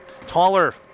taller